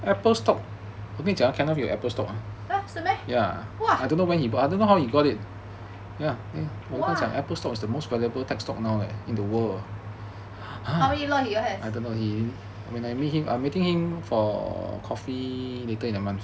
!huh! 是 meh !wah! how many lots does he have